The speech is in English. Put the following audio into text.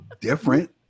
different